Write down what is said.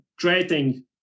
creating